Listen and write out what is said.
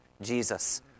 Jesus